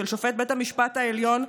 שופט בית המשפט העליון,